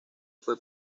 fue